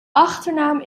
achternaam